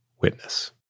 WITNESS